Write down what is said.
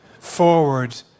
Forward